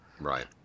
Right